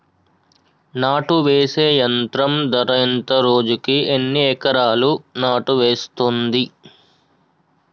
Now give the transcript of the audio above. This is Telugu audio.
నాటు వేసే యంత్రం ధర ఎంత రోజుకి ఎన్ని ఎకరాలు నాటు వేస్తుంది?